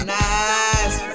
nice